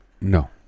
No